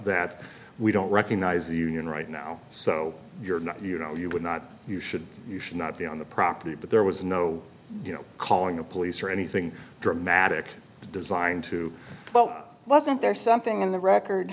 that we don't recognize the union right now so you're not you know you would not you should you should not be on the property but there was no you know calling the police or anything dramatic designed to well wasn't there something in the record